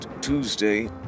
Tuesday